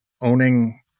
owning